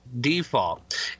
default